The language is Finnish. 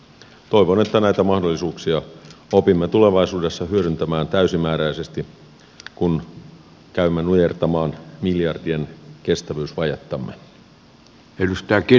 toivon että näitä mahdollisuuksia opimme tulevaisuudessa hyödyntämään täysimääräisesti kun käymme nujertamaan miljardien kestävyysvajettamme